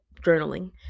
journaling